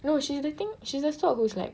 no she the thing she's the sort whose like